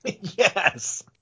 Yes